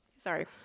sorry